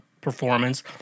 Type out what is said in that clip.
performance